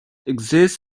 exists